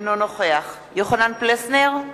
אינו נוכח יוחנן פלסנר,